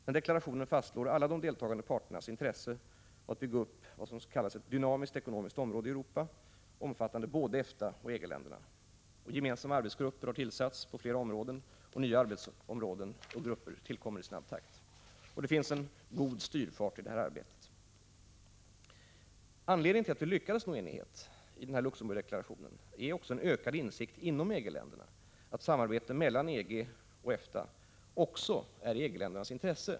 Den deklarationen fastslår alla deltagande parters intresse av att bygga upp vad som kallas ett dynamiskt ekonomiskt område i Europa omfattande både EFTA och EG-länderna. Gemensamma arbetsgrupper har tillsatts på flera områden, och nya arbetsområden och grupper tillkommer i snabb takt. Det finns en god styrfart i det här arbetet. Anledningen till att vi lyckades nå enighet i Luxemburgdeklarationen är också en ökad insikt inom EG-länderna att samarbete mellan EG och EFTA också är i EG-ländernas intresse.